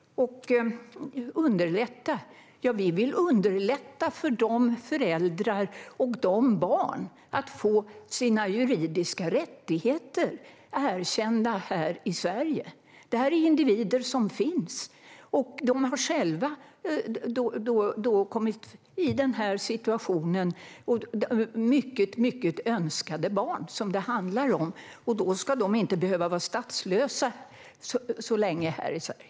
Vi vill underlätta för dessa föräldrar och barn att få sina juridiska rättigheter erkända här i Sverige. Det här är individer som finns, och de har själva kommit i den här situationen. Det handlar om mycket önskade barn. De ska inte behöva vara statslösa så länge här i Sverige.